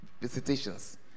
visitations